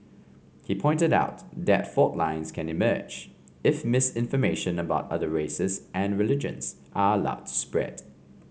he pointed out that fault lines can emerge if misinformation about other races and religions are allowed to spread